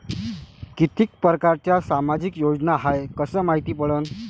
कितीक परकारच्या सामाजिक योजना हाय कस मायती पडन?